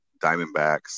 Diamondbacks